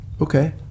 okay